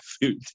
food